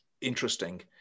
interesting